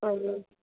हजुर